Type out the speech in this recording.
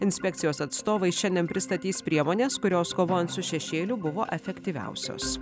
inspekcijos atstovai šiandien pristatys priemones kurios kovojant su šešėliu buvo efektyviausios